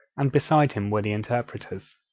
and beside him were the interpreters.